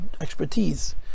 expertise